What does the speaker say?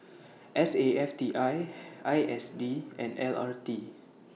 S A F T I I S D and L R T